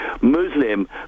Muslim